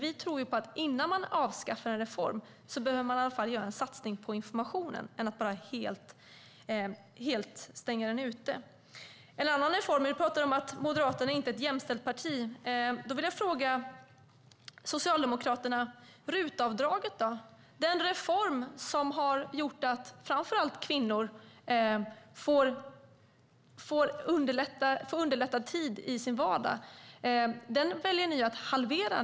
Vi tror att innan man avskaffar en reform behöver man i alla fall göra en satsning på information i stället för att helt stänga den ute. Teresa Carvalho talar om att Moderaterna inte är ett jämställt parti. Då vill jag fråga Socialdemokraterna om en annan reform: RUT-avdraget, som har underlättat så att framför allt kvinnor får mer tid i sin vardag. Den reformen väljer ni nu att halvera.